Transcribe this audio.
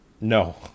No